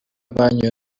banyoye